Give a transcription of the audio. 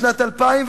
בשנת 2008